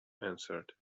answered